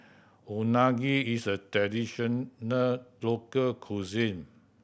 unagi is a traditional local cuisine